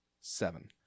seven